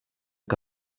que